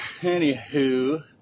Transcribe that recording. anywho